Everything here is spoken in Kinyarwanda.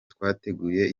twateguye